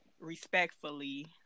respectfully